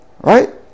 right